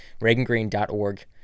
ReaganGreen.org